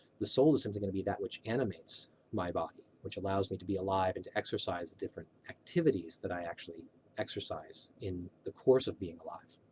the soul is simply going to be that which animates my body, which allows me to be alive and to exercise the different activities that i actually exercise in the course of being alive.